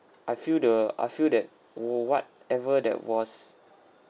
I feel the I feel that w~ what ever that was